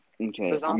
Okay